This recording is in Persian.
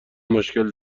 مشکل